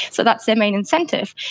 so that's their main incentive.